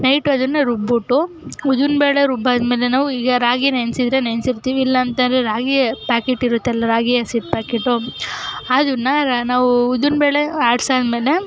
night ಅದನ್ನು ರುಬ್ಬಿಬುಟ್ಟು ಉದ್ದಿನ ಬೇಳೆ ರುಬ್ಬಾದಮೇಲೆ ನಾವು ಈಗ ರಾಗಿ ನೆನೆಸಿದ್ರೆ ನೆನೆಸಿರ್ತೀವಿ ಇಲ್ಲ ಅಂತಂದ್ರೆ ರಾಗಿ ಪ್ಯಾಕೆಟಿರುತ್ತಲ್ಲ ರಾಗಿ ಹಸಿಟ್ಟು ಪ್ಯಾಕೆಟು ಅದನ್ನು ನಾವು ಉದ್ದಿನ ಬೇಳೆ ಆಡಿಸಾದ್ಮೇಲೆ